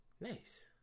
Nice